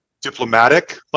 diplomatic